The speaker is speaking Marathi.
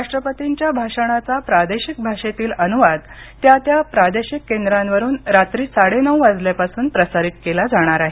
राष्ट्रपतींच्या भाषणाचा प्रादेशिक भाषेतील अनुवाद त्या त्या प्रादेशिक केंद्रांवरून रात्री साडे नऊ वाजल्यापासून प्रसारित केला जाणार आहे